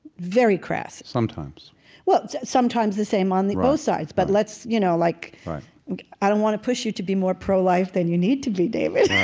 very crass sometimes well, sometimes the same on the both sides right but let's, you know, like i don't want to push you to be more pro-life than you need to be, david